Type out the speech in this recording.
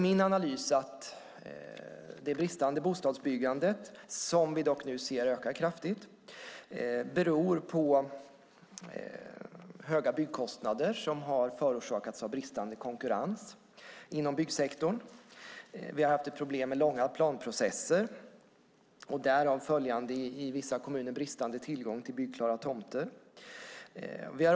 Min analys är att bristen på bostadsbyggande, som vi nu dock ser öka kraftigt, beror på höga byggkostnader som orsakats av brist på konkurrens inom byggsektorn. Vi har haft ett problem med långa planprocesser och därav i vissa kommuner följande brist på tillgång till byggklara tomter.